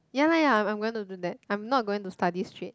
ya lah ya I'm I'm going to do that I'm not going to study straight